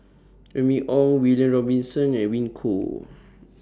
Remy Ong William Robinson Edwin Koo